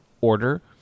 order